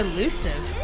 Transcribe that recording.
Elusive